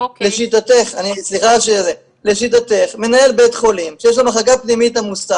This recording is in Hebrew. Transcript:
לשיטתך מנהל בית חולים שיש לו מחלקה פנימית עמוסה